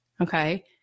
okay